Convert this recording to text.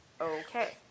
Okay